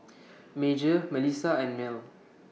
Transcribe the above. Major Melissa and Mell